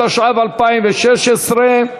התשע"ו 2016,